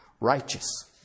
righteous